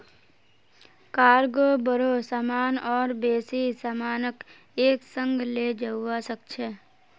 cargo बोरो सामान और बेसी सामानक एक संग ले जव्वा सक छ